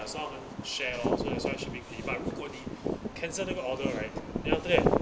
so 他们 share lor so there's one shipping fee but 如果你 cancel 那个 order right then after that